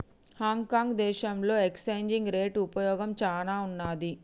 Hong Kong దేశంలో exchange rate ఉపయోగం చానా ఉన్నాది